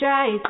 Try